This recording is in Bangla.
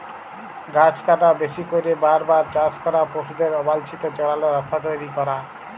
গাহাচ কাটা, বেশি ক্যইরে বার বার চাষ ক্যরা, পশুদের অবাল্ছিত চরাল, রাস্তা তৈরি ক্যরা